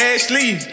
Ashley